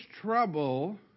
trouble